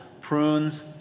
prunes